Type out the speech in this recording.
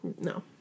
no